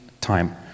time